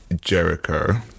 Jericho